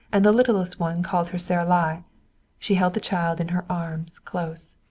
and the littlest one called her saralie. she held the child in her arms close.